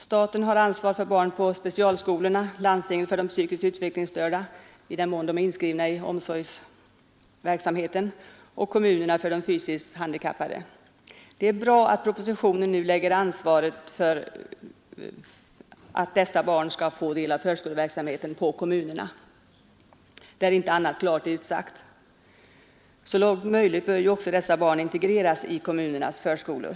Staten har ansvar för barn på specialskolor, landstinget för de psykiskt utvecklingsstörda i den mån de är inskrivna i omsorgsverksam heten och kommunerna för de fysiskt handikappade. Det är bra att propositionen nu lägger ansvaret för att dessa barn får del av förskoleverksamheten på kommunerna där inte annat klart är utsagt. Så långt möjligt bör dessa barn också integreras i kommunernas förskolor.